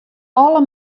alle